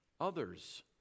others